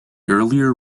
earlier